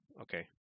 okay